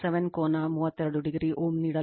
17 ಕೋನ 32o Ω ನೀಡಲಾಗುತ್ತದೆ